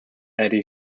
eddie